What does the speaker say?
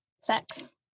sex